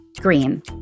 Green